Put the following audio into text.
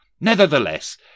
Nevertheless